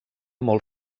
molt